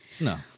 No